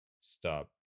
stop